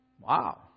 Wow